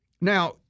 Now